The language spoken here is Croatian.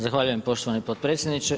Zahvaljujem poštovani potpredsjedniče.